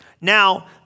Now